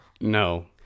No